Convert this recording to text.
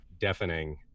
deafening